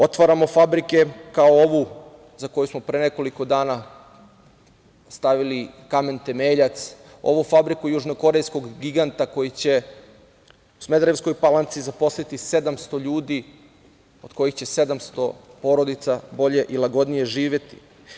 Otvaramo fabrike, kao ovu za koju smo pre nekoliko dana stavili kamen temeljac, ovu fabriku južnokorejskog giganta koji će u Smederevskoj Palanci zaposliti 700 ljudi od kojih će 700 porodica bolje i lagodnije živeti.